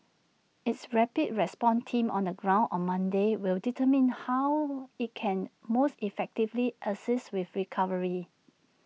its rapid response team on the ground on Monday will determine how IT can most effectively assist with recovery